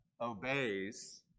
obeys